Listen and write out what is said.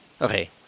Okay